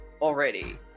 already